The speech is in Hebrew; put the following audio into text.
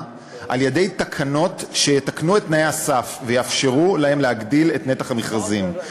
על-ידי תקנות שיתקנו את תנאי הסף ויאפשרו להם להגדיל את נתח המכרזים.